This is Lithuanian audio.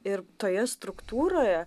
ir toje struktūroje